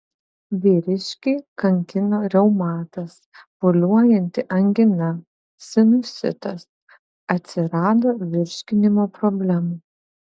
vyriškį kankino reumatas pūliuojanti angina sinusitas atsirado virškinimo problemų